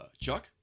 Chuck